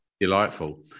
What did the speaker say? delightful